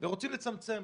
ורוצים לצמצם.